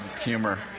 humor